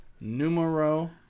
Numero